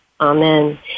Amen